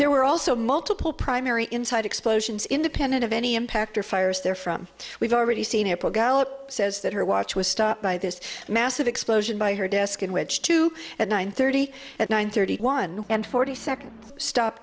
there were also multiple primary inside explosions independent of any impact or fires therefrom we've already seen april gallup says that her watch was stopped by this massive explosion by her desk in which two at nine thirty at nine thirty one and forty second stop